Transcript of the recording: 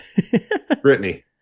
Britney